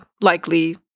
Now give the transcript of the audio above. likely